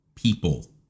people